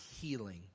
healing